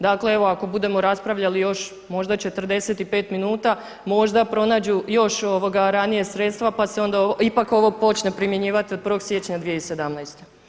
Dakle, evo ako budemo raspravljali još možda još 45 minuta možda pronađu još ranije sredstva pa se ipak ovo počne primjenjivati od 1. siječnja 2017.